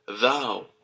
Thou